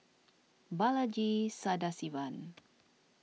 Balaji Sadasivan